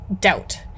doubt